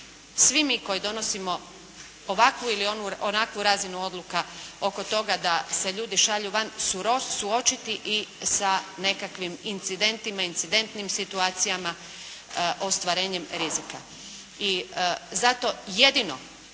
svi mi koji donosimo ovakvu ili onakvu razinu odluka oko toga da se ljudi šalju van suočiti i sa nekakvim incidentima i incidentnim situacijama ostvarenjem rizika. I zato jedino